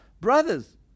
Brothers